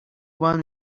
one